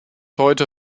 heute